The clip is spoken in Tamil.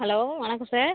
ஹலோ வணக்கம் சார்